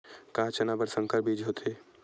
का चना बर संकर बीज होथे?